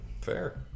Fair